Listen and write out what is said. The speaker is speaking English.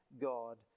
God